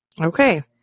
Okay